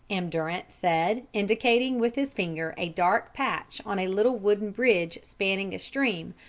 m. durant said, indicating with his finger a dark patch on a little wooden bridge spanning a stream,